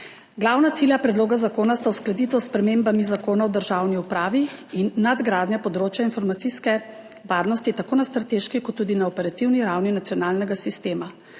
Glavna cilja predloga zakona sta uskladitev s spremembami Zakona o državni upravi in nadgradnja področja informacijske varnosti tako na strateški kot tudi na operativni ravni nacionalnega sistema.